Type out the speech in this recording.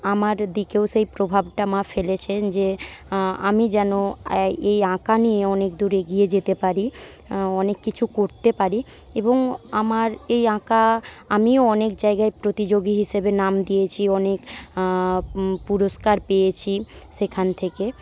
আমার দিকেও সেই প্রভাবটা মা ফেলেছেন যে আমি যেন এ এই আঁকা নিয়ে অনেকদূর এগিয়ে যেতে পারি অনেক কিছু করতে পারি এবং আমার এই আঁকা আমিও অনেক জায়গায় প্রতিযোগী হিসেবে নাম দিয়েছি অনেক পুরষ্কার পেয়েছি সেখান থেকে